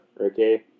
Okay